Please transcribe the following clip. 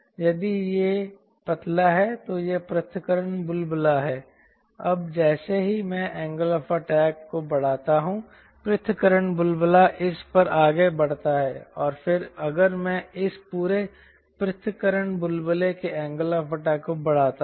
यदि यह पतला है तो एक पृथक्करण बुलबुला है अब जैसे ही मैं एंगल ऑफ़ अटैक को बढ़ाता हूं पृथक्करण बुलबुला इस पर आगे बढ़ता है और फिर अगर मैं इस पूरे पृथक्करण बुलबुले के एंगल ऑफ़ अटैक को बढ़ाता हूं